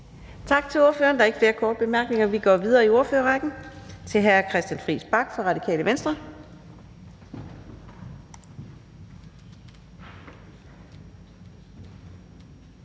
Tak til ordføreren. Der er en række korte bemærkninger, og den første er til hr. Christian Friis Bach, Radikale Venstre.